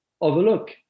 overlook